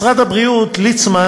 משרד הבריאות, ליצמן